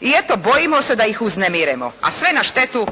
I eto bojimo se da ih uznemirimo, a sve na štetu